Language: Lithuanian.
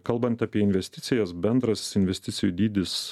kalbant apie investicijas bendras investicijų dydis